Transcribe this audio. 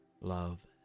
love